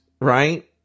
right